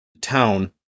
town